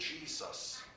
Jesus